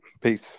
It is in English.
Peace